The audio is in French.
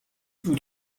vous